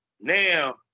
now